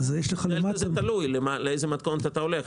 זה תלוי לאיזה מתכונת אתה הולך,